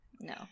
No